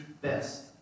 best